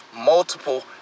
Multiple